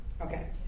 Okay